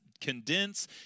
condense